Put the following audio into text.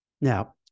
now